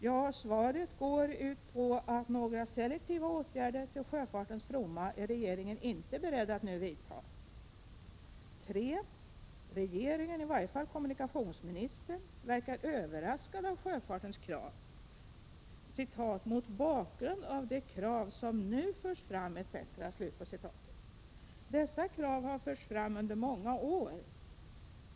Ja, svaret går ut på att regeringen inte är beredd att nu vidta några selektiva åtgärder till sjöfartens fromma. 3. Regeringen —i varje fall kommunikationsministern — verkar överraskad av sjöfartens krav: ”Mot bakgrund av de krav som nu förs fram ———-.” Dessa krav har förts fram under många år.